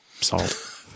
Salt